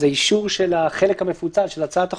האישור של החלק המפוצל של הצעת החוק,